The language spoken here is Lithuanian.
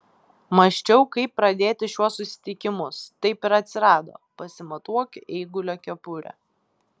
mąsčiau kaip pradėti šiuos susitikimus taip ir atsirado pasimatuok eigulio kepurę